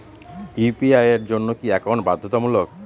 UPI এর জন্য কি একাউন্ট বাধ্যতামূলক?